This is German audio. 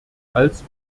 als